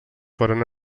foren